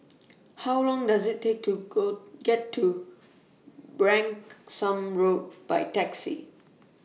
How Long Does IT Take to Go get to Branksome Road By Taxi